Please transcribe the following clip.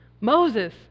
Moses